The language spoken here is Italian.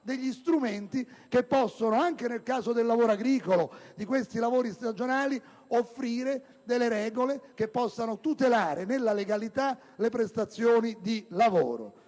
degli strumenti che, anche nel caso del lavoro agricolo e dei lavori stagionali, offrono delle regole che tutelano nella legalità le prestazioni di lavoro,